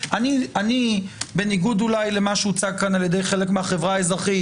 אני בניגוד אולי למה שהוצג פה על ידי חלק מהחברה האזרחית,